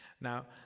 Now